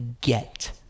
get